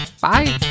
Bye